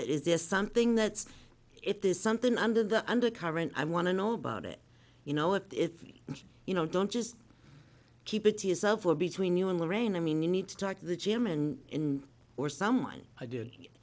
it is this something that's if there's something under the undercurrent i want to know about it you know if it's you know don't just keep it to yourself or between you and lorraine i mean you need to talk to the gym and or someone i